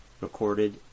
recorded